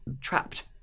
trapped